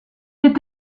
est